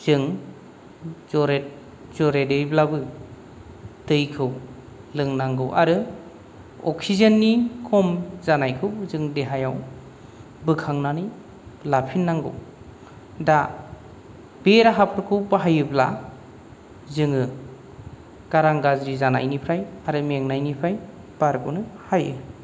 जों जरेद जरेदैब्लाबो दैखौ लोंनांगौ आरो अक्सिजेन नि खम जानायखौ जों देहायाव बोखांनानै लाफिननांगौ दा बे राहाफोरखौ बाहायोब्ला जोङो गारां गाज्रि जानायनिफ्राय आरो मेंनायनिफ्राय बारग'नो हायो